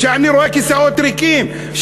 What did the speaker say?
אני רואה כיסאות ריקים,